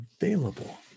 available